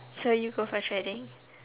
so you go for threading